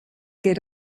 get